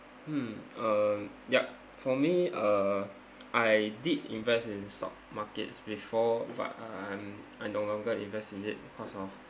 mm um yup for me uh I did invest in stock markets before but um I no longer invest in it because of